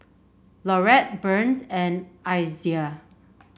Laurette Burns and Isiah